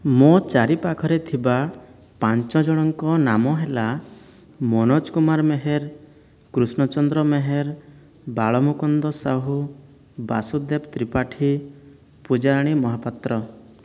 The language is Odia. ମୋ' ଚାରିପାଖରେ ଥିବା ପାଞ୍ଚ ଜଣଙ୍କ ନାମ ହେଲା ମନୋଜ କୁମାର ମେହେର କୃଷ୍ଣ ଚନ୍ଦ୍ର ମେହେର ବାଳମୁକୁନ୍ଦ ସାହୁ ବାସୁଦେବ ତ୍ରିପାଠୀ ପୂଜାରାଣୀ ମହାପାତ୍ର